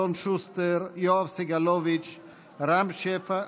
אלון שוסטר, יואב סגלוביץ'; רם שפע.